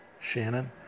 Shannon